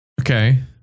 Okay